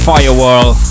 Firewall